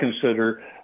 consider